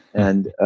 and